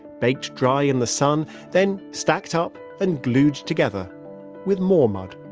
baked dry in the sun, then stacked up and glued together with more mud